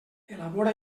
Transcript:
elabora